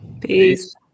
Peace